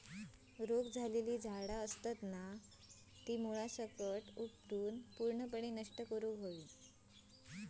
रोग झालेली झाडा मुळासकट उपटून पूर्णपणे नष्ट करुक हवी